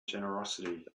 generosity